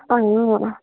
অঁ